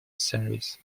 service